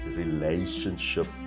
relationship